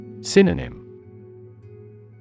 Synonym